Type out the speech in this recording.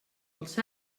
els